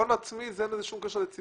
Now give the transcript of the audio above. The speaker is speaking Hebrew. הון עצמי, אין לו שום קשר ליציבות.